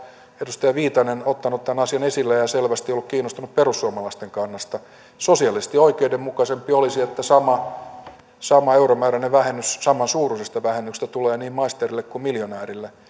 edustaja viitanen ottanut tämän asian esille ja selvästi ollut kiinnostunut perussuomalaisten kannasta sosiaalisesti oikeudenmukaisempaa olisi että sama euromääräinen vähennys samansuuruisesta vähennyksestä tulee niin maisterille kuin miljonäärille